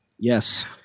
Yes